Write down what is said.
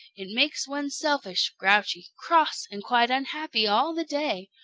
it makes one selfish, grouchy, cross, and quite unhappy all the day.